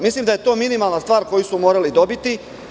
Mislim da je to minimalna stvar koju smo morali dobiti.